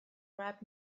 rap